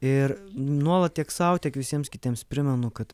ir nuolat tiek sau tiek visiems kitiems primenu kad